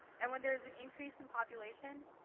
and when there's an increase in population,